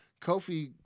kofi